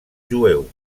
jueu